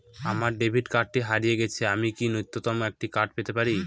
আমার ডেবিট কার্ডটি হারিয়ে গেছে আমি কি নতুন একটি কার্ড পেতে পারি?